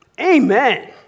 amen